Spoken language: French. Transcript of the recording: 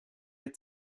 est